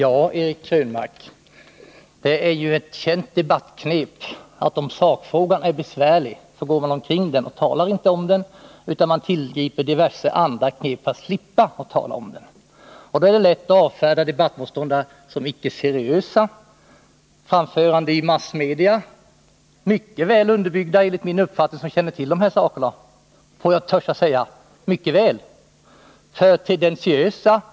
Herr talman! Det är ju ett känt debattknep att kringgå sakfrågan om den är besvärlig och i stället tala om diverse andra saker. Då tillgriper man knep som att avfärda debattmotståndare som icke seriösa och att beskylla framföranden i massmedia som enligt min mening är mycket välunderbyggda — och jag vågar påstå att jag mycket väl känner till de här sakerna — för att vara tendentiösa och kallar dem övertramp.